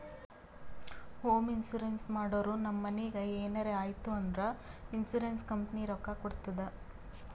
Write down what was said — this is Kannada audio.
ಹೋಂ ಇನ್ಸೂರೆನ್ಸ್ ಮಾಡುರ್ ನಮ್ ಮನಿಗ್ ಎನರೇ ಆಯ್ತೂ ಅಂದುರ್ ಇನ್ಸೂರೆನ್ಸ್ ಕಂಪನಿ ರೊಕ್ಕಾ ಕೊಡ್ತುದ್